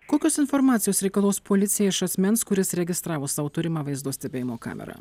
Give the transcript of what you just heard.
kokios informacijos reikalaus policija iš asmens kuris registravo savo turimą vaizdo stebėjimo kamerą